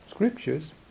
Scriptures